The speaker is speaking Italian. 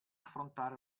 affrontare